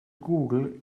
google